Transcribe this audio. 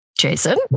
Jason